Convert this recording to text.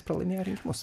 pralaimėjo rinkimus